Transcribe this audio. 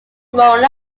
grown